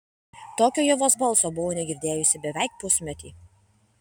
tokio ievos balso buvau negirdėjusi beveik pusmetį